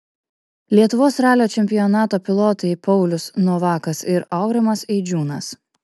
lietuvos ralio čempionato pilotai paulius novakas ir aurimas eidžiūnas